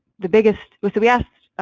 the biggest was we asked